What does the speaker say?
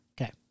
Okay